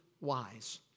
wise